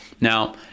Now